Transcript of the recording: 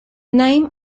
name